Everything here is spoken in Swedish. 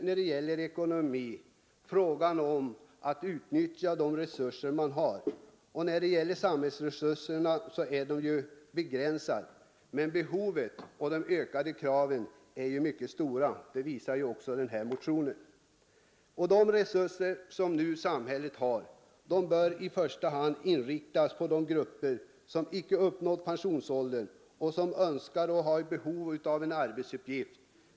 När det gäller ekonomi är det fråga om att utnyttja de resurser man har. Samhällsresurserna är begränsade. Men behoven och kraven är ser som samhället mycket stora. Det visar också denna motion. De resur: nu har bör i första hand inriktas på de grupper som icke uppnått pensionsåldern men som önskar och har behov av en arbetsuppgift.